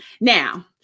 Now